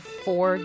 four